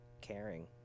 caring